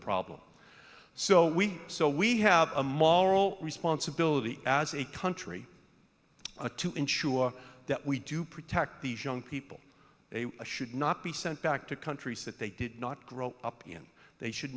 problem so we so we have a moral responsibility as a country a to ensure that we do protect these young people they should not be sent back to countries that they did not grow up in they should